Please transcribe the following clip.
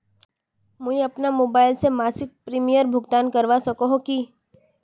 मुई अपना मोबाईल से मासिक प्रीमियमेर भुगतान करवा सकोहो ही?